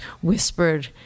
whispered